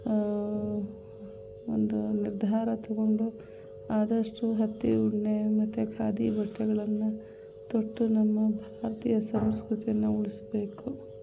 ಒಂದು ನಿರ್ಧಾರ ತಗೊಂಡು ಆದಷ್ಟು ಹತ್ತಿ ಉಣ್ಣೆ ಮತ್ತು ಖಾದಿ ಬಟ್ಟೆಗಳನ್ನು ತೊಟ್ಟು ನಮ್ಮ ಭಾರತೀಯ ಸಂಸ್ಕೃತಿನ ಉಳಿಸಬೇಕು